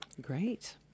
Great